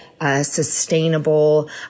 sustainable